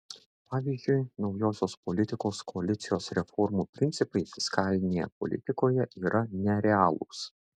pavyzdžiui naujosios politikos koalicijos reformų principai fiskalinėje politikoje yra nerealūs